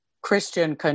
Christian